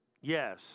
Yes